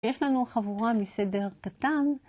יש לנו חבורה מסדר קטן.